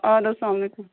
اَدٕ حظ سلام علیکُم